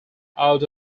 out